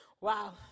Wow